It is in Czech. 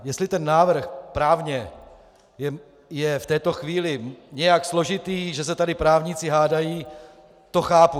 Jestli ten návrh právně je v této chvíli nějak složitý, že se tady právníci hádají, to chápu.